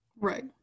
right